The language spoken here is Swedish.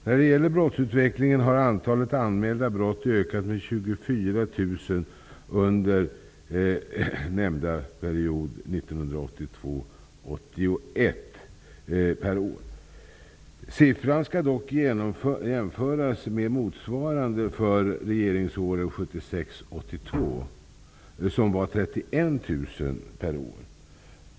När det gäller brottsutvecklingen har antalet anmälda brott ökat med 24 000 per år under nämnda period 1982-1991. Siffran skall dock jämföras med motsvarande för de borgerliga regeringsåren 1976-1982 som var 31 000 per år.